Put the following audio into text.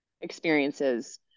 experiences